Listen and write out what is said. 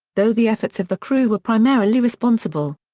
though the efforts of the crew were primarily responsible.